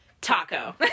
Taco